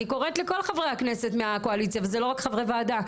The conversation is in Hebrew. אני קוראת לכל חברי הכנסת מהקואליציה וזה לא רק חברי וועדה.